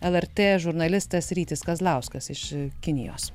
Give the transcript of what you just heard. lrt žurnalistas rytis kazlauskas iš kinijos